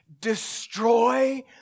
destroy